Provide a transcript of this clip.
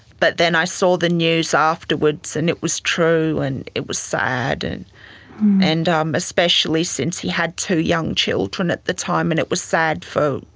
but then i saw the news afterwards and it was true, and it was sad, and and um especially since he had two young children and the time and it was sad for,